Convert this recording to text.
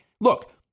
Look